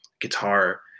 guitar